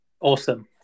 awesome